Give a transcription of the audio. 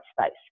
space